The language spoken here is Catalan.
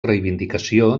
reivindicació